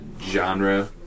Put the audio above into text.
genre